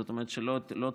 זאת אומרת לא תהיה